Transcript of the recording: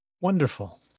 Wonderful